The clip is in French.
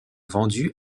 vendus